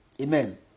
Amen